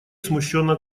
смущенно